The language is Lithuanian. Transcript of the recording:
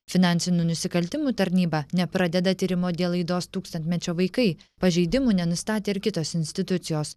finansinių nusikaltimų tarnyba nepradeda tyrimo dėl laidos tūkstantmečio vaikai pažeidimų nenustatė ir kitos institucijos